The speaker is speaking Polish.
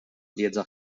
wiedza